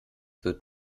wird